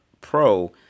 Pro